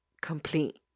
complete